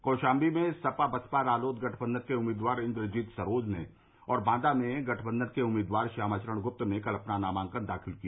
कौशाम्बी में सपा बसपा रालोद गठबंधन के उम्मीदवार इन्द्रजीत सरोज ने और बांदा में गठबंधन के उम्मीदवार श्यामा चरण गुप्ता ने कल अपना नामांकन दाखिल किया